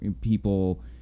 people